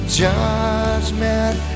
judgment